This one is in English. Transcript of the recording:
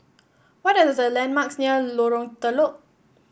what are the landmarks near Lorong Telok